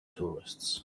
tourists